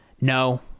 no